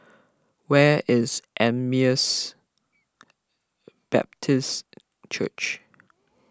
where is Emmaus Baptist Church